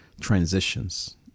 transitions